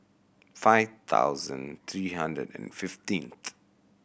five thousand three hundred and fifteenth